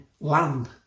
land